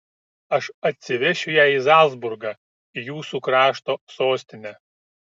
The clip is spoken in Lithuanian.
aš atsivešiu ją į zalcburgą į jūsų krašto sostinę